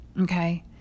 Okay